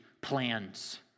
plans